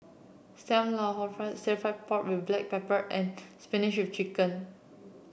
Sam Lau Hor Fun Stir Fried Pork with Black Pepper and Spinach Chicken